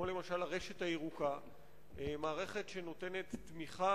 כמו "הרשת הירוקה" מערכת שנותנת תמיכה